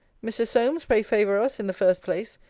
mr. solmes, pray favour us, in the first place,